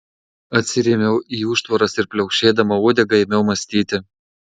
atsirėmiau į užtvaras ir pliaukšėdama uodega ėmiau mąstyti